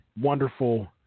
wonderful